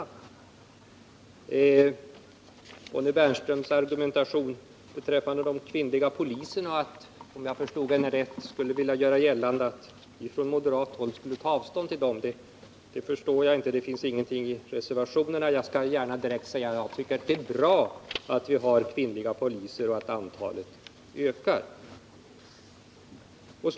Om jag uppfattade Bonnie Bernströms argumentation beträffande kvinnliga poliser rätt, menade hon att vi på moderat håll skulle ta avstånd från sådana. Det förstår jag i så fall inte. Det finns inte heller något i reservationerna som tyder på detta. Jag skall gärna säga att jag tycker att det är bra att vi har kvinnliga poliser och att deras antal ökar.